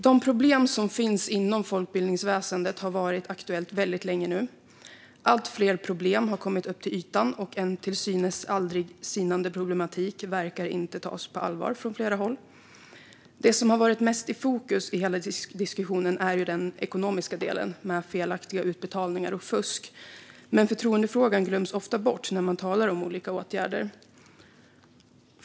De problem som finns inom folkbildningsväsendet har varit aktuella väldigt länge nu. Allt fler problem har kommit upp till ytan, och en till synes aldrig sinande problematik verkar inte tas på allvar på flera håll. Det som har varit mest i fokus i hela diskussionen är den ekonomiska delen med felaktiga utbetalningar och fusk, men förtroendefrågan glöms ofta bort när man talar om olika åtgärder.